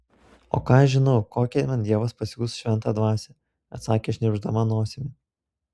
o ką aš žinau kokią man dievas pasiųs šventą dvasią atsakė šnirpšdama nosimi